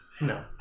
No